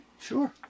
Sure